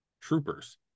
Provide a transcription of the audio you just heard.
troopers